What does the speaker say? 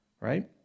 right